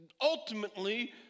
ultimately